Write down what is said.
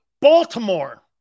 Baltimore